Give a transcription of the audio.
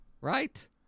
Right